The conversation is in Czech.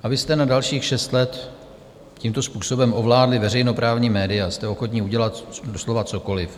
Abyste na dalších šest let tímto způsobem ovládli veřejnoprávní média, jste ochotni udělat doslova cokoliv.